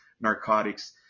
narcotics